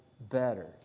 better